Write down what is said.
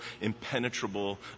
impenetrable